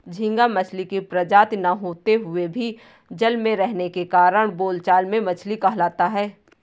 झींगा मछली की प्रजाति न होते हुए भी जल में रहने के कारण बोलचाल में मछली कहलाता है